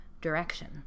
direction